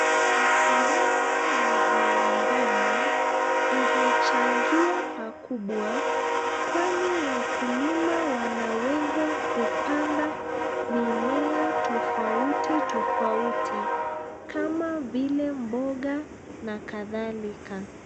Ukulima wa viwandani imechangia pakubwa kwani wakulima wanaweza kupanda mimea tofauti tofauti kama vile mboga na kadhalika.